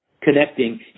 connecting